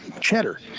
cheddar